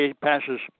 passes